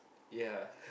ya